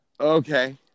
Okay